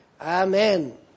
Amen